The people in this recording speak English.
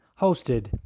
hosted